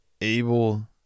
able